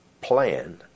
plan